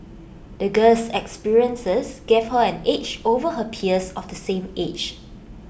the girl's experiences gave her an edge over her peers of the same age